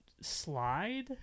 slide